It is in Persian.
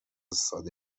ساده